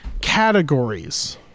categories